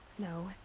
no.